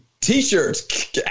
t-shirts